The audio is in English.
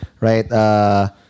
right